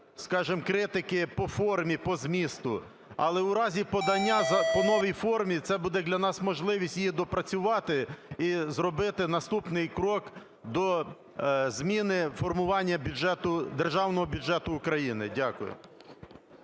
скажімо, критики по формі, по змісту. Але у разі подання по новій формі це буде для нас можливість її допрацювати і зробити наступний крок до зміни формування бюджету, державного бюджету України. Дякую.